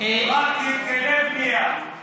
רק היטלי בנייה.